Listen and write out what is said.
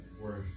worth